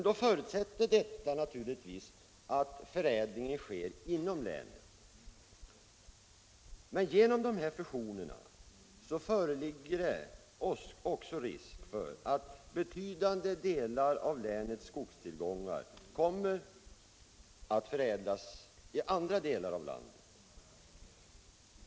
Då förutsätter detta naturligtvis att förädlingen sker inom länet, men genom dessa fusioner föreligger det också risk för att betydande delar av länets skogstillgångar kommer att förädlas i andra delar av landet.